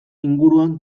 inguruan